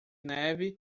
neve